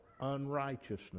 unrighteousness